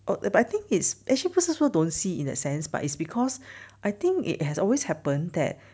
oh but I think it's actually 不是说 don't see in that sense but it's because I think it has always happened that